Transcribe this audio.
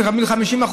נותנים 50%,